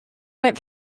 went